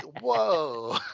whoa